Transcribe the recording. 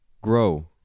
Grow